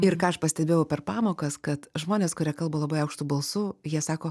ir ką aš pastebėjau per pamokas kad žmonės kurie kalba labai aukštu balsu jie sako